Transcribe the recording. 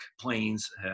planes